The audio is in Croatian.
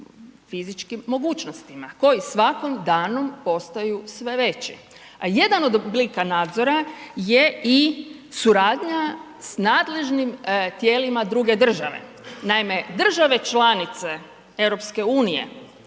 fizičkim mogućnostima koji svakim danom postaju sve veći, a jedan od oblika nadzora je i suradnja s nadležnim tijelima druge države. Naime, države članice EU